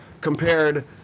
compared